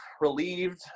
relieved